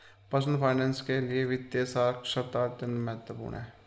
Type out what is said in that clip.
personal finance के लिए वित्तीय साक्षरता अत्यंत महत्वपूर्ण है